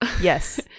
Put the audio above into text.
yes